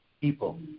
people